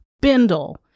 bindle